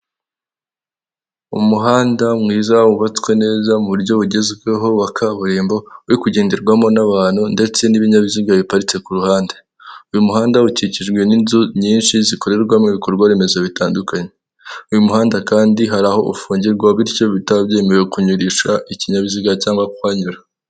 Umuhanda mwiza wubatswe neza mu buryo bugezweho wa kaburimbo we kugenderwamo n'abantu ndetse n'ibinyabiziga biparitse ku ruhande, uyu muhanda ukikijwe n'inzu nyinshi zikorerwamo ibikorwaremezo bitandukanye. Uyu muhanda kandi hari aho ufungirwa bityo bitaba byemewe kunyurisha ikinyabiziga cyangwag ku kwanyura.